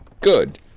Good